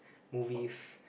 movies